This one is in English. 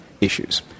issues